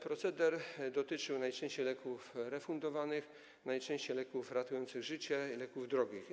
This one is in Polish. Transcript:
Proceder dotyczył najczęściej leków refundowanych, najczęściej leków ratujących życie i leków drogich.